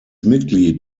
mitglied